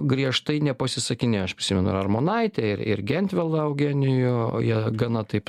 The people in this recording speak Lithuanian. griežtai nepasisakinėjo aš prisimenu ir armonaitę ir ir gentvilą eugenijų jie gana taip